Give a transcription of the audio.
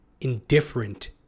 indifferent